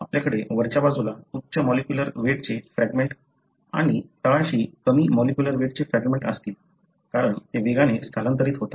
आपल्याकडे वरच्या बाजूला उच्च मॉलिक्युलर वेटचे फ्रॅगमेंट आणि तळाशी कमी मॉलिक्युलर वेटचे फ्रॅगमेंट असतील कारण ते वेगाने स्थलांतरित होतात